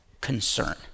concern